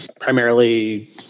primarily